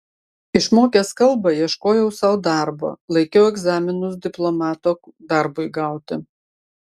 išmokęs kalbą ieškojau sau darbo laikiau egzaminus diplomato darbui gauti